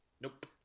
Nope